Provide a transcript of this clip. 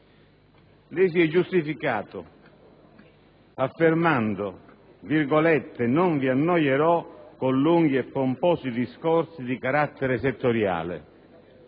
Lei si è giustificato affermando: «Non vi annoierò con lunghi e pomposi discorsi di carattere settoriale».